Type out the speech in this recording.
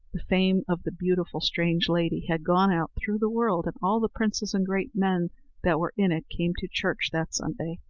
the fame of the beautiful strange lady had gone out through the world, and all the princes and great men that were in it came to church that sunday,